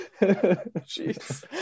Jeez